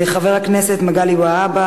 חבר הכנסת מגלי והבה,